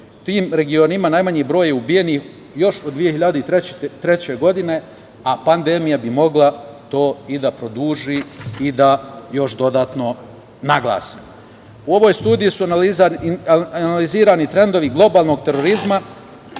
tim regionima najmanji je broj ubijenih još od 2003. godine, a pandemija bi mogla to da produži i da još dodatno naglasi.U ovoj studiji su analizirani trendovi globalnog terorizma